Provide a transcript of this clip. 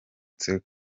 twese